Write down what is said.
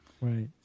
right